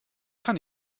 kann